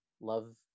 Love